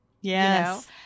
yes